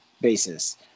basis